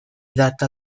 data